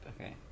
Okay